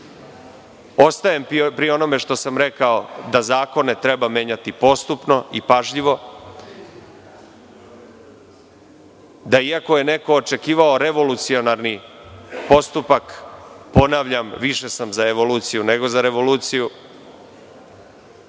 Ostajem pri onome što sam rekao da zakone treba menjati postupno i pažljivo, da iako je neko očekivao revolucionarni postupak. Ponavljam, više sam za evoluciju nego za revoluciju,